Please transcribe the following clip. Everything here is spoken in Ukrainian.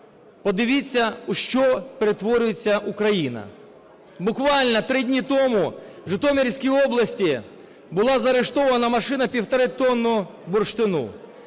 Подивіться, у що перетворюється Україна. Буквально 3 дні тому в Житомирській області була заарештована машина півторатонного бурштину.